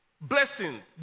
blessings